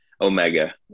Omega